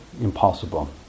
impossible